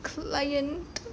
client